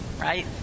right